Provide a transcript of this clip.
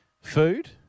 Food